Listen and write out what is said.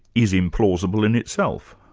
is implausible in itself.